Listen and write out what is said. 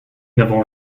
n’avons